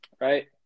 Right